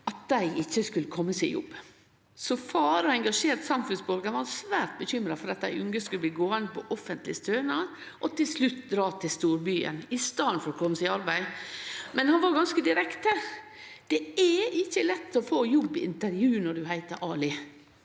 at dei ikkje skulle kome seg i jobb. Som far og engasjert samfunnsborgar var han svært bekymra for at dei unge skulle bli gåande på offentlege stønader og til slutt dra til storbyen i staden for å kome seg i arbeid. Han var ganske direkte: Det er ikkje lett å få jobbintervju når ein heiter Ali.